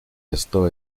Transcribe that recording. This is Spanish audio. esto